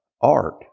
art